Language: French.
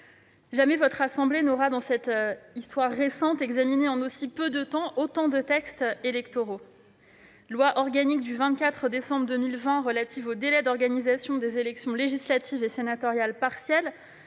jamais votre assemblée n'aura, dans son histoire récente, examiné en aussi peu de temps autant de textes électoraux : la loi organique du 24 décembre 2020 relative aux délais d'organisation des élections législatives et sénatoriales partielles,